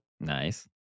Nice